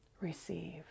Receive